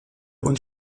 und